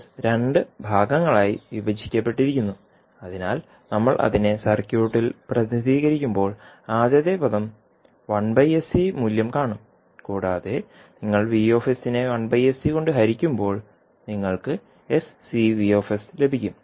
I രണ്ട് ഭാഗങ്ങളായി വിഭജിക്കപ്പെട്ടിരിക്കുന്നു അതിനാൽ നമ്മൾ അതിനെ സർക്യൂട്ടിൽ പ്രതിനിധീകരിക്കുമ്പോൾ ആദ്യത്തെ പദം 1sC മൂല്യം കാണും കൂടാതെ നിങ്ങൾ V നെ 1sC കൊണ്ട് ഹരിക്കുമ്പോൾ നിങ്ങൾക്ക് sCV ലഭിക്കും